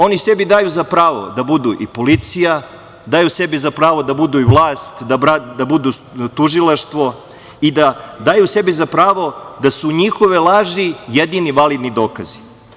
Oni sebi daju za pravo da budu i policija, daju sebi za pravo da budu i vlast, da budu tužilaštvo i daju sebi za pravo da su njihove laži jedini validni dokazi.